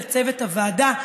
לצוות הוועדה,